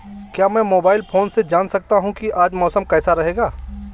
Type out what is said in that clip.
क्या मैं mobile phone से जान सकता हूँ कि आज मौसम कैसा रहेगा?